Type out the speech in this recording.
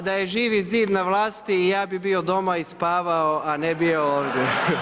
A da je Živi zid na vlasti i ja bih bio doma i spavao, a ne bio ovdje.